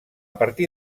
partir